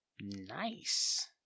Nice